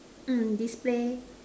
mm display